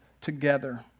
together